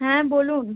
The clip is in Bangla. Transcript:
হ্যাঁ বলুন